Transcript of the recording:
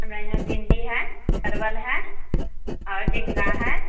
हमरा यहाँ भिंडी है परवल है आओर जिंगा है